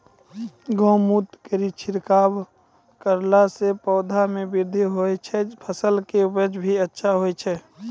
गौमूत्र केरो छिड़काव करला से पौधा मे बृद्धि होय छै फसल के उपजे भी अच्छा होय छै?